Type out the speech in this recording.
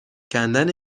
کندن